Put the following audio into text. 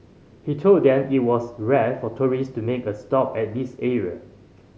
he told them it was rare for tourists to make a stop at this area